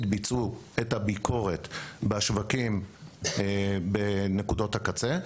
ביצעו את הביקורת בשווקים בנקודות הקצה,